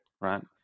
right